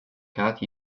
cat